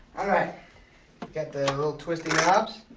all right. got the little twisty knobs.